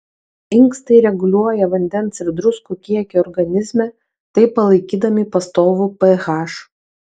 inkstai reguliuoja vandens ir druskų kiekį organizme taip palaikydami pastovų ph